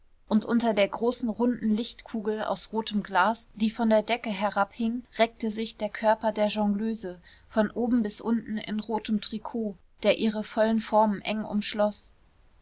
und unter der großen runden lichtkugel aus rotem glas die von der decke herabhing reckte sich der körper der jongleuse von oben bis unten in rotem trikot der ihre vollen formen eng